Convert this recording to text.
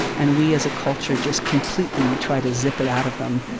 and we as a culture just completely try to zip it out of them,